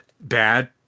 Bad